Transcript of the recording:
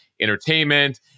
entertainment